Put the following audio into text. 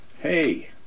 Hey